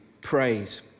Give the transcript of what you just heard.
praise